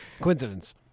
Coincidence